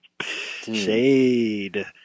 shade